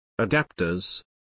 Adapters